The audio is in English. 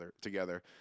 together